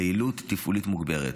ליעילות תפעולית מוגברת.